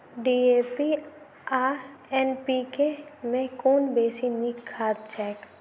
DAP आ NPK मे कुन बेसी नीक खाद छैक?